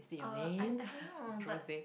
uh I I don't know but